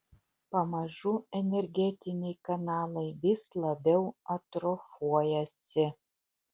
pamažu energetiniai kanalai vis labiau atrofuojasi